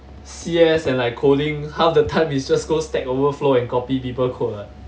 C_S and like coding half the time it's just go stack overflow and copy people code [what]